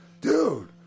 dude